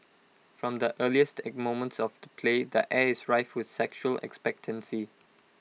from the earliest moments of the play the air is rife with sexual expectancy